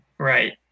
Right